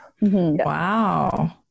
Wow